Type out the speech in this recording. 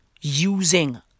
Using